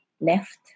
left